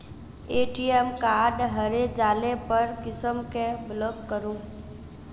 ATM card हरे जाले पर कुंसम के ब्लॉक करूम?